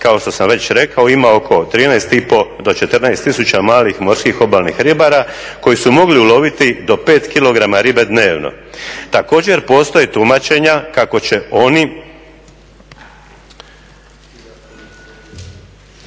kao što sam već rekao ima oko 13,5 do 14 tisuća malih morskih obalnih ribara koji su mogli uloviti do 5 kg ribe dnevno. Također, postoje tumačenja kako će oni